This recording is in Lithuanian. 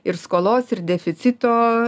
ir skolos ir deficito